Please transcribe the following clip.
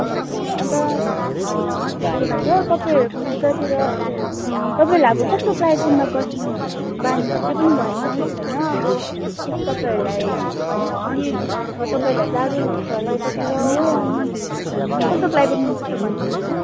ए अनि त के भन्छ तपाईँहरूको त्यतातिर तपाईँहरूलाई अब कस्तो क्लाइमेटमा बस्ने बानी छ त्यो पनि भनिदिनुहोस् होइन अब इफ तपाईँहरूलाई यदि अब तपाईँहरूलाई जाडो लाग्छ होला यतातिर हो अनि कस्तो क्लाइमेट मन पर्छ भनिदिनुहोस् न